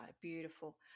beautiful